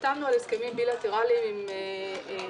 חתמנו על הסכמים בילטרליים עם צרפת,